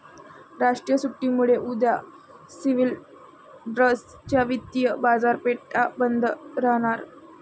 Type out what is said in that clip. राष्ट्रीय सुट्टीमुळे उद्या स्वित्झर्लंड च्या वित्तीय बाजारपेठा बंद राहणार